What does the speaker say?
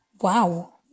Wow